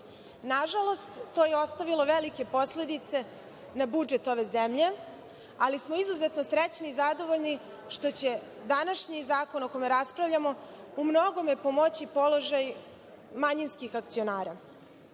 Nažalost, to je ostavilo velike posledice na budžet ove zemlje, ali smo izuzetno srećni i zadovoljni što će današnji Zakon o kome raspravljamo u mnogome pomoći položaju manjinskih akcionara. Takođe